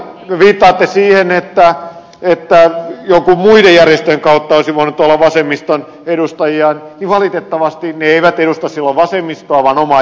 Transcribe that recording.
kun viittasitte siihen että joidenkin muiden järjestöjen kautta olisi voinut olla vasemmiston edustajia niin valitettavasti he eivät edusta silloin vasemmistoa vaan omaa järjestöään